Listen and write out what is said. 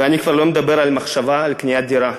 ואני כבר לא מדבר על מחשבה על קניית דירה.